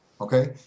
okay